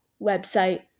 website